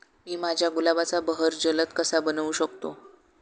मी माझ्या गुलाबाचा बहर जलद कसा बनवू शकतो?